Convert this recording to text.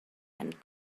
and